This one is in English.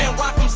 and whopped